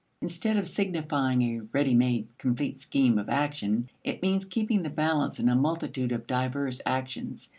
instead of signifying a ready-made complete scheme of action, it means keeping the balance in a multitude of diverse actions,